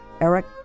Eric